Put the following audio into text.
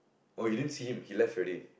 oh you didn't see him he left already